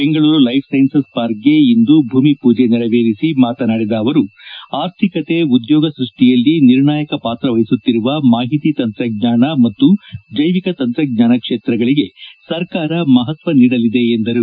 Bengaluru life sciences ಪಾರ್ಕ್ಗೆ ಇಂದು ಭೂಮಿಪೂಜೆ ನೆರವೇರಿಸಿ ಮಾತನಾಡಿದ ಅವರು ಅರ್ಥಿಕತೆ ಉದ್ಯೋಗ ಸೃಷ್ಟಿಯಲ್ಲಿ ನಿರ್ಣಾಯಕ ಪಾತ್ರ ವಹಿಸುತ್ತಿರುವ ಮಾಹಿತಿ ತಂತ್ರಜ್ಞಾನ ಮತ್ತು ಜೈವಿಕ ತಂತಜ್ಞಾನ ಕ್ಷೇತ್ರಗಳಿಗೆ ಸರಕಾರ ಮಹತ್ವ ನೀಡಲಿದೆ ಎಂದರು